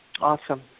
Awesome